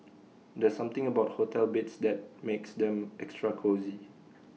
there's something about hotel beds that makes them extra cosy